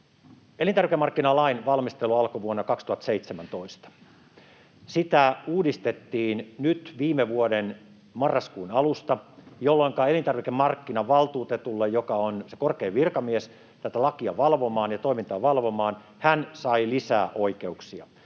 Elintarvikemarkkinalain valmistelu alkoi vuonna 2017. Sitä uudistettiin nyt viime vuoden marraskuun alusta, jolloinka elintarvikemarkkinavaltuutettu, joka on se korkein virkamies tätä lakia valvomaan ja toimintaa valvomaan, sai lisää oikeuksia,